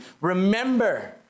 Remember